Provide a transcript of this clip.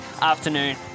afternoon